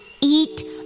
eat